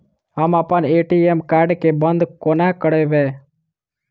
हम अप्पन ATM card केँ बंद कोना करेबै?